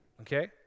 Okay